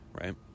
right